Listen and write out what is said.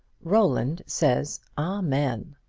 roland says, amen.